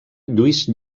lluís